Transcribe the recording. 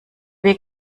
weg